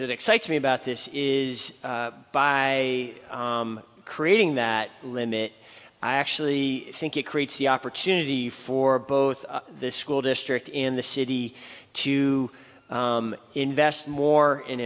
that excites me about this is by creating that limit i actually think it creates the opportunity for both the school district in the city to invest more in